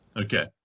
Okay